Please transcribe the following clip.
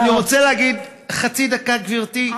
אני רוצה להגיד, חצי דקה, גברתי?